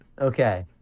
okay